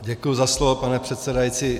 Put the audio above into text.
Děkuji za slovo, pane předsedající.